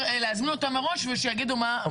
להזמין אותם מראש ושיגידו מה הבעיות.